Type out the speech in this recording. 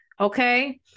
Okay